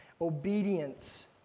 Obedience